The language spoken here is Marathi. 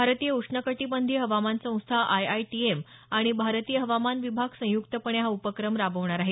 भारतीय उष्णकटीबंधीय हवामान संस्था आयआयटीएम आणि भारतीय हवामान विभाग संयुक्तपणे हा उपक्रम राबवणार आहेत